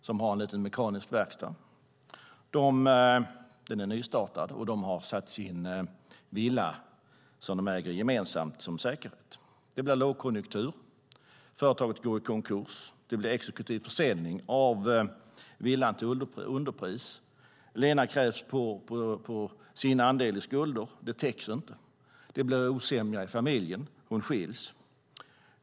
Han har en liten mekanisk verkstad. Den är nystartad, och de har lämnat den gemensamt ägda villan som säkerhet. Det blir lågkonjunktur. Företaget går i konkurs. Det blir exekutiv försäljning av villan till underpris. Lena krävs på sin andel i skulderna, och de täcks inte. Det blir osämja i familjen. Hon skiljer sig.